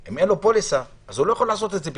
אם אין לו פוליסה, הוא לא יכול לעשות בחו"ל.